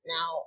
Now